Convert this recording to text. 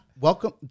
welcome